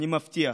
אני מבטיח